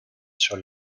sur